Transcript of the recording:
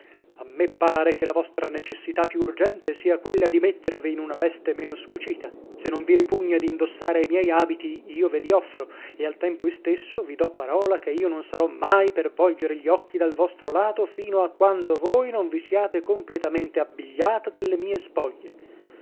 a me pare che la vostra necessità più urgente sia quella di mettervi in una veste meno scucita se non vi ripugna di indossare i miei abiti io ve li offro e al tempo istesso vi do parola che io non sarò mai per volgere gli occhi dal vostro lato fino a quando voi non vi siate completamente abbigliata delle mie spoglie